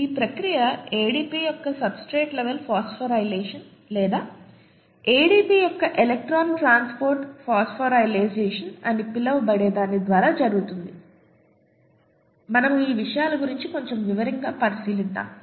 ఈ ప్రక్రియ ADP యొక్క సబ్స్ట్రేట్ లెవెల్ ఫాస్ఫోరైలేషన్ లేదా ADP యొక్క ఎలక్ట్రాన్ ట్రాన్స్పోర్ట్ ఫాస్ఫోరైలేషన్ అని పిలువబడే దాని ద్వారా జరుగుతుంది మనము ఈ విషయాల గురించి కొంచెం వివరంగా పరిశీలిద్దాము